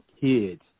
kids